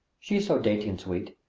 she's so dainty and sweet!